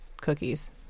cookies